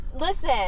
Listen